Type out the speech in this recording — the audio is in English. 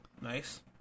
Nice